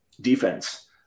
defense